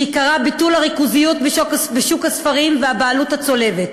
שעיקרה ביטול הריכוזיות בשוק הספרים והבעלות הצולבת.